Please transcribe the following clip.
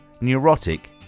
neurotic